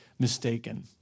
mistaken